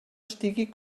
estigui